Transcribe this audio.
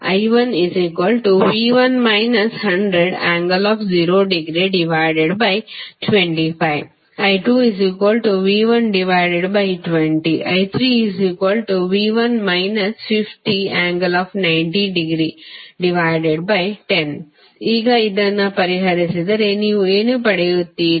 I1V1 100∠0°25 I2V120 I3V1 50∠90°10 ಈಗಇದನ್ನು ಪರಿಹರಿಸಿದರೆ ನೀವು ಏನು ಪಡೆಯುತ್ತೀರಿ